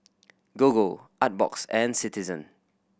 Gogo Artbox and Citizen